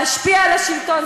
להשפיע על השלטון,